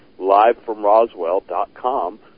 livefromroswell.com